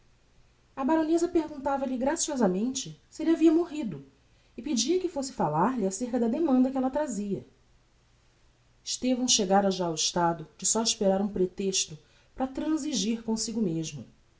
a baroneza perguntava-lhe graciosamente se elle havia morrido e pedia que fosse falar-lhe ácerca da demanda que ella trazia estevão chegara já ao estado de só esperar um pretexto para transigir comsigo mesmo